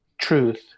truth